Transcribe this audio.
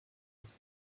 des